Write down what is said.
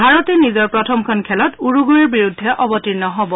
ভাৰতে নিজৰ প্ৰথমখন খেলত উৰুগুৱেৰ বিৰুদ্ধে অৱতীৰ্ণ হব